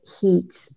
heat